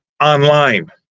online